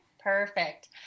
Perfect